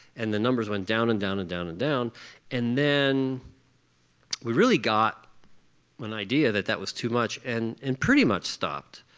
and the numbers went down and down and down and down and then we really got an idea that that was too much and and pretty much stopped.